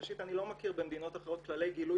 ראשית אני לא מכיר במדינות אחרות כללי גילוי